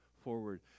forward